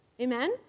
Amen